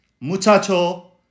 muchacho